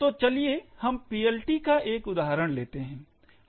तो चलिए हम PLT का एक उदाहरण लेते हैं